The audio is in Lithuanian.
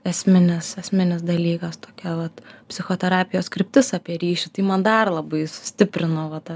esminis esminis dalykas tokia vat psichoterapijos kryptis apie ryšį tai man dar labai sustiprino va tą